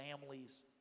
families